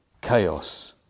chaos